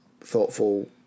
thoughtful